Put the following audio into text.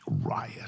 riot